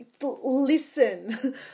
listen